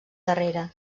darrere